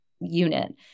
unit